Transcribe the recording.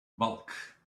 bulk